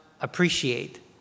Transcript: appreciate